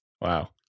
Wow